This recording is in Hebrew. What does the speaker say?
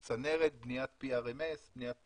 צנרת, בניית PRMS, בניית